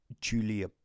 Julia